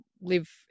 live